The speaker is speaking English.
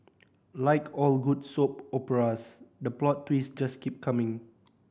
like all good soap operas the plot twists just keep coming